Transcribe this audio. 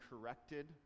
corrected